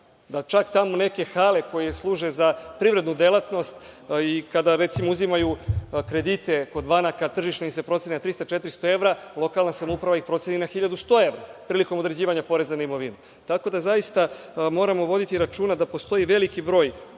da čak tamo neke hale koje služe za privrednu delatnost, kada recimo uzimaju kredite kod banaka, tržište im se proceni na 300, 400 evra, a lokalna samouprava ih proceni na 1.100 evra prilikom utvrđivanja poreza na imovinu. Tako da, zaista moramo voditi računa da postoji veliki broj